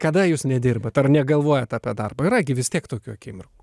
kada jūs nedirbat ar negalvojat apie darbą yra gi vis tiek tokių akimirkų